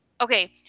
okay